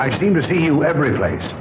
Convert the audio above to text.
i seem to see you every place